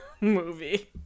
movie